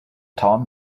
town